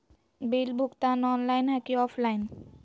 Bill भुगतान online है की ऑफलाइन?